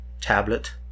tablet